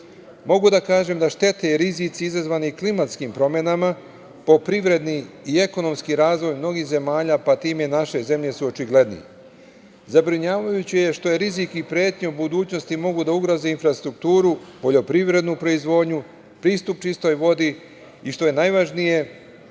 da kažem da štete i rizici izazvani klimatskim promenama po privredni i ekonomski razvoj mnogih zemalja, pa time i naše zemlje, su očigledni. Zabrinjavajuće je što je rizik i pretnja u budućnosti mogu da ugroze infrastrukturu, poljoprivrednu proizvodnju, pristup čistoj vodi, i što je najvažnije